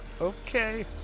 Okay